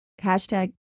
hashtag